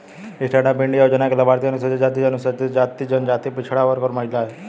stand up India योजना के लाभार्थी अनुसूचित जाति, अनुसूचित जनजाति, पिछड़ा वर्ग और महिला है